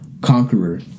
conqueror